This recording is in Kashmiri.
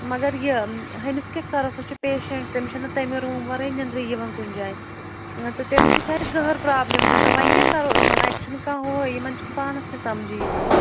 مگر یہِ ہۅمِس کیٛاہ کَرو سۄ چھِ پیشَنٹ تٔمِس چھَنہٕ تَمہِ روٗمہٕ ورٲے نٮ۪نٛدرٕے یِوان کُنہِ جایہِ نتہٕ تٔمِس تہِ چھِ اَسہِ گہرٕ پرٛابلِم گژھان وۄنۍ کیٛاہ کَرو یِمَن اَتہِ چھُنہٕ کانٛہہ ہُہے یِمَن چھُنہٕ پانَس تہِ سَمجی یِوان